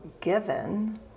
given